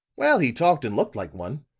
well, he talked and looked like one.